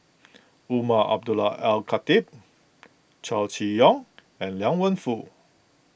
Umar Abdullah Al Khatib Chow Chee Yong and Liang Wenfu